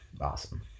awesome